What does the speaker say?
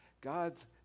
God's